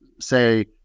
say